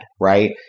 right